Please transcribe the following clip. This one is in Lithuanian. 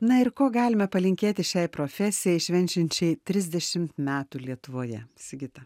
na ir ko galime palinkėti šiai profesijai švenčiančiai trisdešimt metų lietuvoje sigita